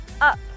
up